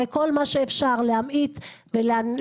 הרי כל מה שאפשר לעשות כדי להמעיט ולהנמיך